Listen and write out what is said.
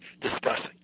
discussing